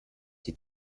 die